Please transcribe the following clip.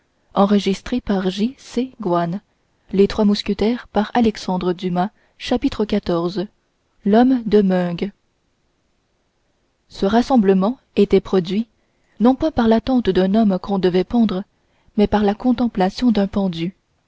xiv l'homme de meung ce rassemblement était produit non point par l'attente d'un homme qu'on devait pendre mais par la contemplation d'un pendu